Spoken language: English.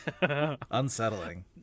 unsettling